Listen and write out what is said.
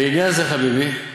בעניין זה, חברי,